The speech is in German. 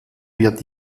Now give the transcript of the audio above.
wird